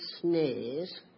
snares